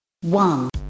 one